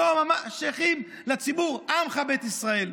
שייכים לציבור עמך בית ישראל,